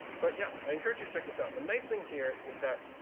but yeah i encourage you to check this out. and the nice thing here is that,